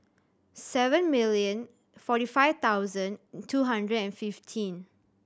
seven million forty five thousand two hundred and fifteen